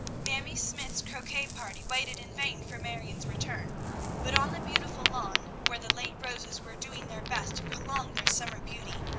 mamie smythe's croquet party waited in vain for marion's return but on the beautiful lawn, where the late roses were doing their best to prolong their summer beauty,